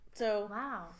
Wow